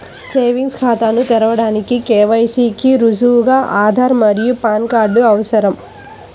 savings ఖాతాను తెరవడానికి KYC కి రుజువుగా ఆధార్ మరియు పాన్ కార్డ్ అవసరం